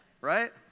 right